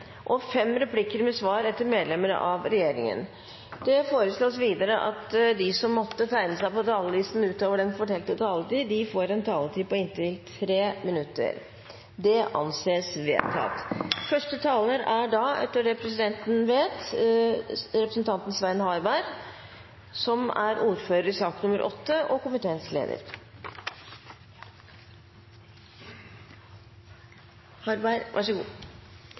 inntil fem replikker med svar etter innlegg fra partienes hovedtalere og fem replikker med svar etter innlegg fra medlemmer av regjeringen. Videre blir det foreslått at de som måtte tegne seg på talerlisten utover den fordelte taletid, får en taletid på inntil 3 minutter. – Det anses vedtatt. Det gir en god følelse å ha kommet til behandling her i salen om tre saker om barnehage som